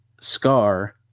Scar